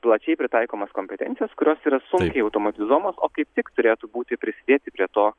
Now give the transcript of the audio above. plačiai pritaikomas kompetencijas kurios yra sunkiai automatizuojamos o kaip tik turėtų būti prisidėti prie to